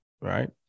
Right